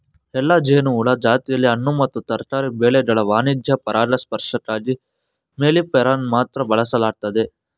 ಎಲ್ಲಾ ಜೇನುಹುಳು ಜಾತಿಲಿ ಹಣ್ಣು ಮತ್ತು ತರಕಾರಿ ಬೆಳೆಗಳ ವಾಣಿಜ್ಯ ಪರಾಗಸ್ಪರ್ಶಕ್ಕಾಗಿ ಮೆಲ್ಲಿಫೆರಾನ ಮಾತ್ರ ಬಳಸಲಾಗ್ತದೆ